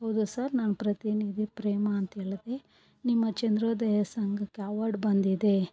ಹೌದು ಸರ್ ನಾನು ಪ್ರತಿನಿಧಿ ಪ್ರೇಮಾ ಅಂತೇಳಿದೆ ನಿಮ್ಮ ಚಂದ್ರೋದಯ ಸಂಘಕ್ಕೆ ಅವಾರ್ಡ್ ಬಂದಿದೆ